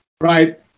right